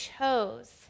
chose